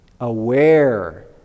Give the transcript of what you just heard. aware